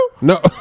No